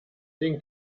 den